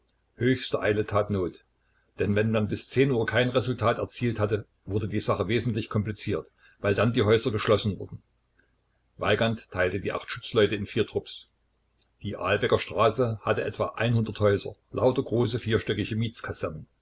höchste eile tat not denn wenn man bis uhr kein resultat erzielt hatte wurde die sache wesentlich kompliziert weil dann die häuser geschlossen wurden weigand teilte die acht schutzleute in vier trupps die ahlbecker straße hatte etwa häuser lauter große vierstöckige